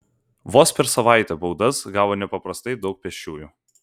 vos per savaitę baudas gavo nepaprastai daug pėsčiųjų